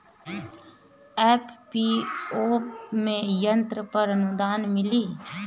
FPO में यंत्र पर आनुदान मिँली?